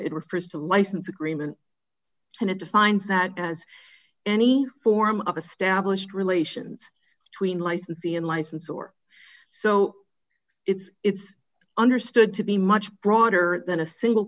it refers to license agreement and it defines that as any form of established relations between licensee and license or so it's it's understood to be much broader than a single